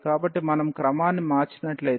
కాబట్టి మనం క్రమాన్ని మార్చినట్లయితే